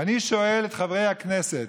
ואני שואל את חברי הכנסת: